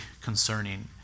concerning